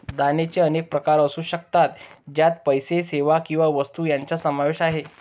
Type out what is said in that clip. दानाचे अनेक प्रकार असू शकतात, ज्यात पैसा, सेवा किंवा वस्तू यांचा समावेश आहे